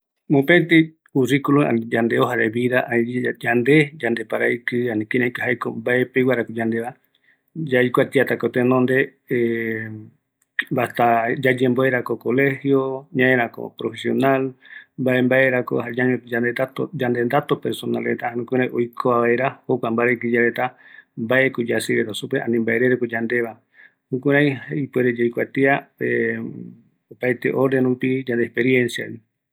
Mopet curriculum, jaeko yambombeuta yande ree reta, mbaeko yaikatu yayapova, jare yaikuatavi mbaenunga mbaravɨkɨ peguara oeka oiva, jayave yaeta yaikua jokua mbaravɨkɨ reguava